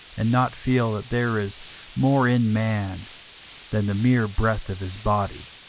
and not feel that there is more in man than the mere breath of his body.